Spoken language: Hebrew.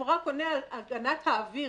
הוא רק עונה על הגנת האוויר,